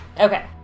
Okay